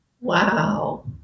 Wow